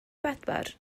bedwar